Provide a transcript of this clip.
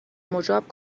مجاب